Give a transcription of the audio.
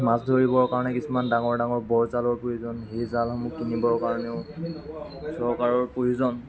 মাছ ধৰিবৰ কাৰণে কিছুমান ডাঙৰ ডাঙৰ বৰজালৰ প্ৰয়োজন সেই জালসমূহ কিনিবৰ কাৰণেও চৰকাৰৰ প্ৰয়োজন